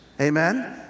Amen